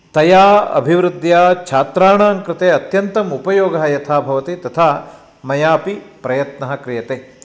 तया अभिवृद्ध्या छात्राणां कृते अत्यन्तम् उपयोगः यथा भवति तथा मयापि प्रयत्नः क्रियते